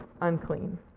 unclean